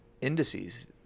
indices